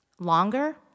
Longer